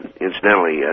Incidentally